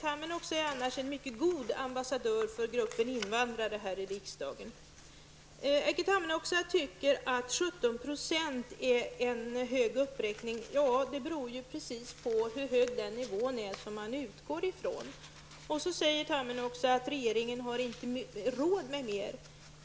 Han är annars en mycket god ambassadör här i riksdagen för gruppen invandrare. Erkki Tammenoksa tycker att 17 % är en stor uppräkning. Ja, det beror ju helt på hur hög den nivå är som man utgår ifrån. Vidare säger Tammenoksa att regeringen inte har råd med mer.